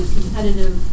Competitive